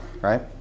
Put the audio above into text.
right